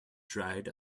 dried